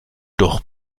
doch